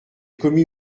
commis